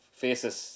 faces